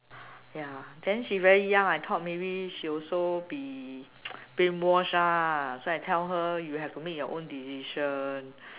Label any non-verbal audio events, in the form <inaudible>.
ya then she very young I thought maybe she also been <noise> brainwashed ah so I tell her you have to make your own decision